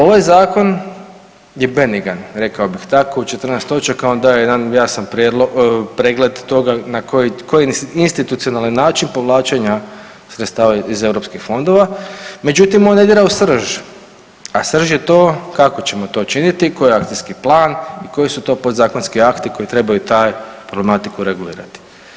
Ovaj zakon je benigan, rekao bih tako, u 14 točaka on daje jedan jasan pregled toga koji institucionalni način povlačenja sredstava iz eu fondova, međutim on ne dira u srž, a srž je to kako ćemo to činiti, koji je akcijski plan i koji su to podzakonski akti koji trebaju tu problematiku regulirati.